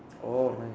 oh not yet